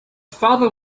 father